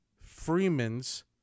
Freeman's